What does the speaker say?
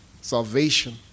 Salvation